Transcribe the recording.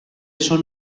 són